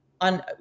on